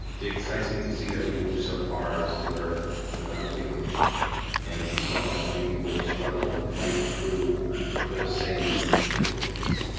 it excites me to see that we've moved so far as to where when i was young and saw so many people struggle and fight through those same difficulties.